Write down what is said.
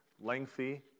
lengthy